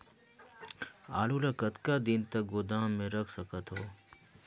आलू ल कतका दिन तक गोदाम मे रख सकथ हों?